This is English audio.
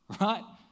Right